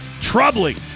Troubling